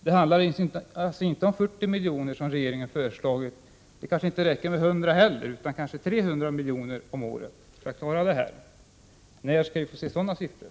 Det handlar alltså inte om 40 milj.kr., som regeringen föreslår. Det kanske inte heller räcker med 100 milj.kr., utan det behövs kanske 300 milj.kr. om året för att klara detta. När skall vi få se sådana siffror?